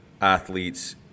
athletes